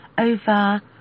over